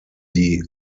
die